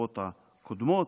בבחירות הקודמות,